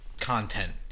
content